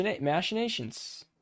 machinations